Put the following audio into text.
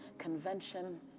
convention.